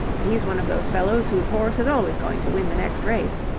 but he's one of those fellows whose horse is always going to win the next race.